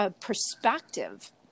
perspective